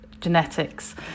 genetics